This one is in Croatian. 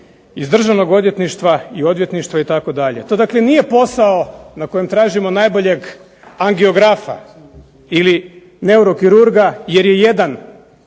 iz Državnog odvjetništva i odvjetništva itd. To dakle nije posao na kojem tražimo najboljeg angiografa ili neurokirurga jer je jedan